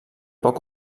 poc